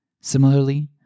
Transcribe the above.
Similarly